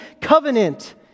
covenant